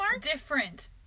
different